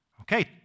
Okay